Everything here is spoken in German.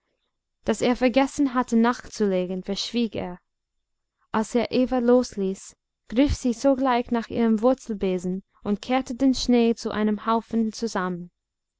daß er vergessen hatte nachzulegen verschwieg er als er eva losließ griff sie sogleich nach ihrem wurzelbesen und kehrte den schnee zu einem haufen zusammen